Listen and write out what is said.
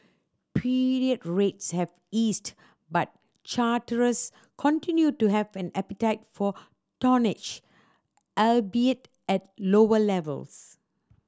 period rates have eased but charterers continued to have an appetite for tonnage albeit at lower levels